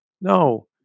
no